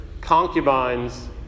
concubines